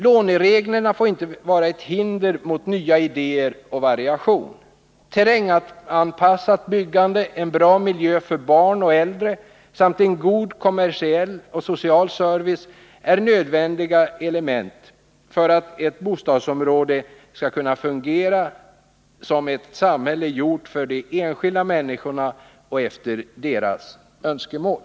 Lånereglerna får inte vara ett hinder mot nya idéer och variation. Terränganpassat byggande, en bra miljö för barn och äldre samt en god kommersiell och social service är nödvändiga element för att ett bostadsområde skall kunna fungera som ett samhälle gjort för de enskilda människorna och efter deras önskemål.